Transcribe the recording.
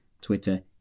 Twitter